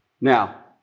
Now